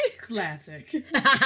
Classic